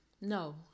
No